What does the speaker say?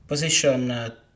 Position